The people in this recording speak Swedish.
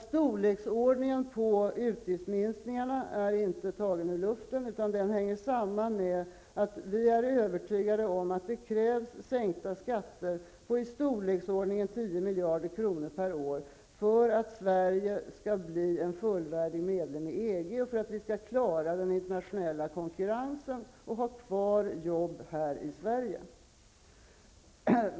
Storleksordningen på utgiftsminskningarna är inte tagna ur luften utan hänger samman med att vi är övertygade om att det krävs sänkta skatter på i storleksordningen 10 miljarder kronor per år för att Sverige skall bli en fullvärdig medlem i EG, för att klara den internationella konkurrensen och för att ha kvar jobb i landet.